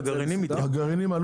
הגרעינים, התירס.